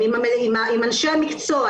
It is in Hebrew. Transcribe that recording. אם אנשי המקצוע,